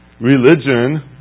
Religion